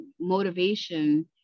motivation